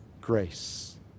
grace